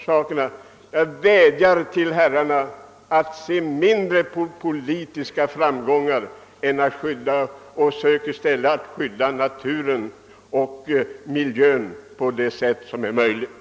Jag vädjar till herrarna att mindre snegla på politiska framgångar och att i stället gå in för att i största möjliga utsträckning skydda miljöoch naturvärdena.